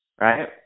right